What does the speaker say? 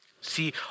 See